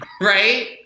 Right